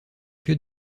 que